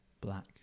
Black